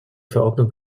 verordnung